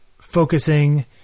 focusing